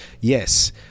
yes